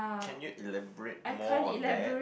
can you elaborate more on that